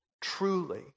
truly